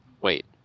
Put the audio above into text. Wait